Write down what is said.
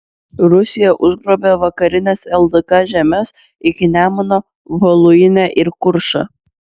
rusija užgrobė vakarines ldk žemes iki nemuno voluinę ir kuršą